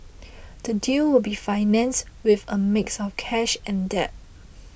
the deal will be financed with a mix of cash and debt